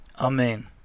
Amen